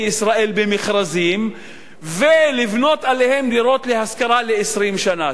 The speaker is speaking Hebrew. ישראל במכרזים ולבנות עליהן דירות להשכרה ל-20 שנה.